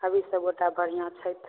अभी सब गोटा बढ़िआँ छथि